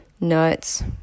nuts